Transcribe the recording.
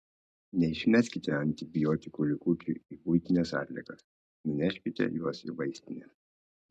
neišmeskite antibiotikų likučių į buitines atliekas nuneškite juos į vaistinę